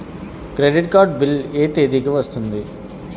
Credit card bill ఎ తేదీ కి వస్తుంది?